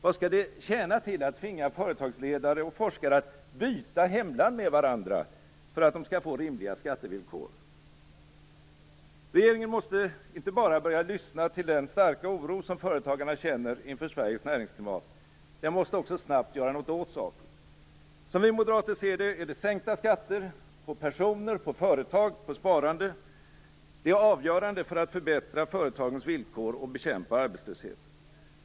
Vad skall det tjäna till att tvinga företagsledare och forskare att byta hemland med varandra för att de skall få rimliga skattevillkor? Regeringen måste inte bara börja lyssna till den starka oro som företagarna känner inför Sveriges näringsklimat - den måste också snabbt göra något åt saken. Som vi moderater ser det är sänkta skatter - på personer, företagande och sparande - avgörande för att förbättra företagens villkor och för att bekämpa arbetslösheten.